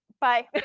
Bye